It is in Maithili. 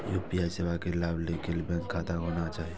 यू.पी.आई सेवा के लाभ लै के लिए बैंक खाता होना चाहि?